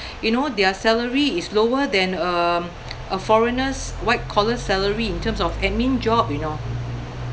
you know their salary is lower than um a foreigner's white collar salary in terms of admin job you know